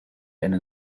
einen